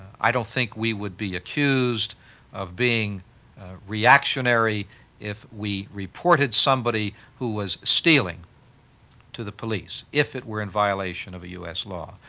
i don't think we would be accused of being reactionary if we reported somebody who was stealing to the police if it were in violation of a u s. law.